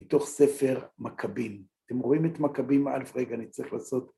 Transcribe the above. מתוך ספר מכבים. אתם רואים את מכבים א'? רגע, אני צריך לעשות...